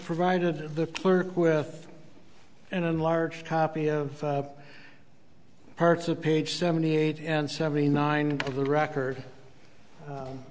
provided the clerk with an enlarged copy of parts of page seventy eight and seventy nine of the record